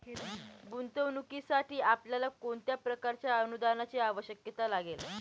गुंतवणुकीसाठी आपल्याला कोणत्या प्रकारच्या अनुदानाची आवश्यकता लागेल?